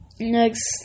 next